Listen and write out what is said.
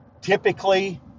Typically